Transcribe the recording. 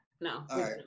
No